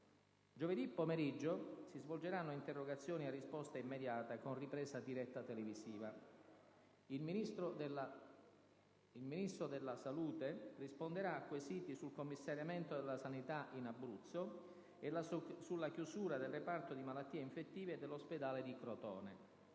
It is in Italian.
Giovedì pomeriggio si svolgeranno interrogazioni a risposta immediata con ripresa diretta televisiva. Il Ministro della salute risponderà a quesiti sul commissariamento della sanità in Abruzzo e sulla chiusura del reparto di malattie infettive dell'ospedale di Crotone.